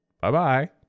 Bye-bye